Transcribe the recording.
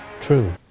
true